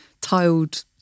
tiled